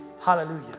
Hallelujah